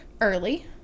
early